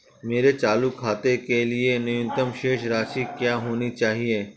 मेरे चालू खाते के लिए न्यूनतम शेष राशि क्या होनी चाहिए?